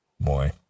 Boy